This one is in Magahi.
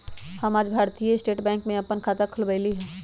हम आज भारतीय स्टेट बैंक में अप्पन खाता खोलबईली ह